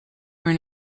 were